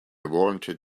wanted